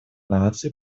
наций